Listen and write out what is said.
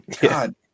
God